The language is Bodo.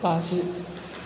बाजि